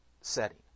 setting